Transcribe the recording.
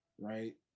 right